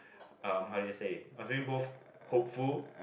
um how do you say I feeling both hopeful